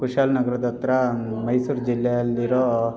ಕುಶಾಲನಗರದ ಹತ್ರ ಮೈಸೂರು ಜಿಲ್ಲೆಯಲ್ಲಿರೋ